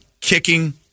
kicking